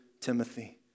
Timothy